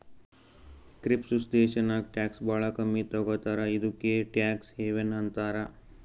ಕಿಪ್ರುಸ್ ದೇಶಾನಾಗ್ ಟ್ಯಾಕ್ಸ್ ಭಾಳ ಕಮ್ಮಿ ತಗೋತಾರ ಇದುಕೇ ಟ್ಯಾಕ್ಸ್ ಹೆವನ್ ಅಂತಾರ